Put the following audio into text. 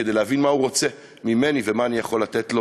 כדי להבין מה הוא רוצה ממני ומה אני יכול לתת לו